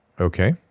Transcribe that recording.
Okay